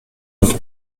болгон